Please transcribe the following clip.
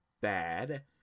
bad